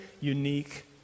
unique